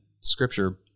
scripture